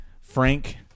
Frank